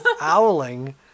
owling